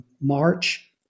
March